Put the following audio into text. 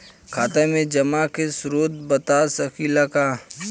खाता में जमा के स्रोत बता सकी ला का?